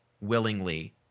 willingly